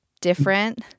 different